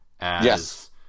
Yes